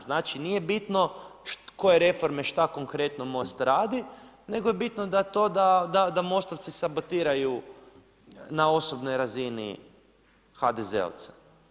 Znači nije bitno koje reforme šta konkretno Most radi, nego je bitno to da Mostovci sabotiraju na osobnoj razini HDZ-ovce.